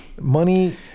money